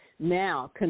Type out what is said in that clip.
Now